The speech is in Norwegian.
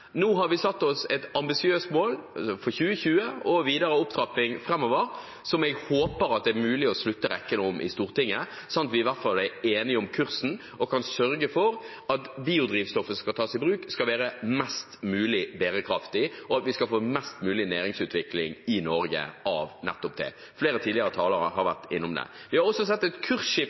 Nå har vi satt oss et ambisiøst mål for 2020 om videre opptrapping framover, som jeg håper at det er mulig å slutte rekkene om i Stortinget, sånn at vi i hvert fall er enige om kursen og kan sørge for at biodrivstoffet som skal tas i bruk, skal være mest mulig bærekraftig, og at vi skal få mest mulig næringsutvikling i Norge av nettopp det. Flere tidligere talere har vært innom det. Vi har også sett et